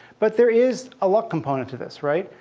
but there is a luck component to this, right?